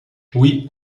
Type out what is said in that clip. oui